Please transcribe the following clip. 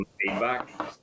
feedback